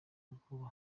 ubwoba